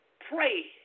pray